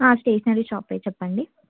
stationery షాపే చెప్పండి